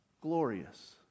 glorious